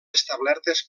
establertes